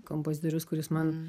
kompozitorius kuris man